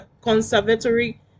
conservatory